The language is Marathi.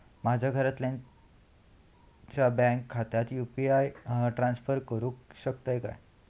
माझ्या घरातल्याच्या बँक खात्यात यू.पी.आय ट्रान्स्फर करुक शकतय काय?